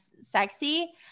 sexy